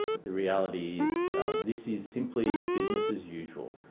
the reality is this is simply business as usual.